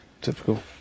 Typical